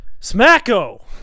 Smacko